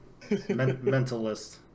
Mentalist